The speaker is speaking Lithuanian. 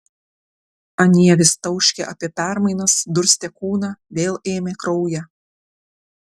anie vis tauškė apie permainas durstė kūną vėl ėmė kraują